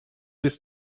this